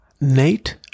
nate